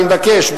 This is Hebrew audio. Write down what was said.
אני מבקש.